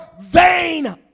vain